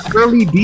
early